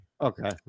Okay